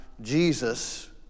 Jesus